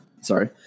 Sorry